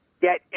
get